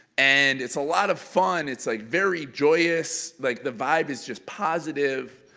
and it's a lot of fun, it's like very joyous, like the vibe is just positive